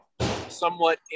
somewhat